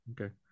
Okay